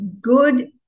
good